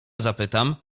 zapytam